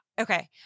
Okay